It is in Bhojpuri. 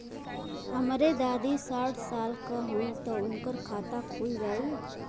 हमरे दादी साढ़ साल क हइ त उनकर खाता खुल जाई?